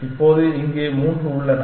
இப்போது இங்கே 3 உள்ளன